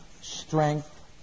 strength